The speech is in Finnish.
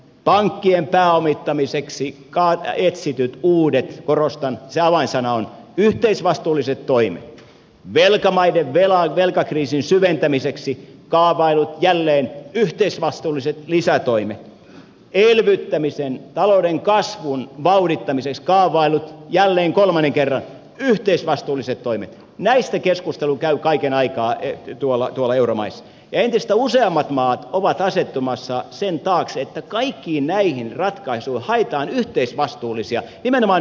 pankkien pääomittamiseksi etsityistä uusista korostan se avainsana on yhteisvastuullisista toimista velkamaiden velkakriisin syventämiseksi kaavailluista jälleen yhteisvastuullisista lisätoimista elvyttämisen talouden kasvun vauhdittamiseksi kaavailluista jälleen kolmannen kerran yhteisvastuullisista toimista keskustelu käy kaiken aikaa tuolla euromaissa ja entistä useammat maat ovat asettumassa sen taakse että kaikkiin näihin haetaan yhteisvastuullisia nimenomaan yhteisvastuullisia ratkaisuja